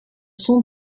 son